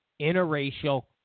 interracial